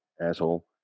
Asshole